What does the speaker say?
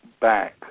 back